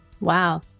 wow